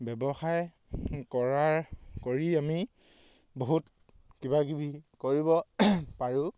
ব্যৱসায় কৰাৰ কৰি আমি বহুত কিবাকিবি কৰিব পাৰোঁ